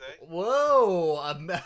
whoa